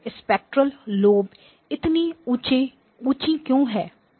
spectral lobe इतनी ऊंची क्यों है